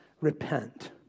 repent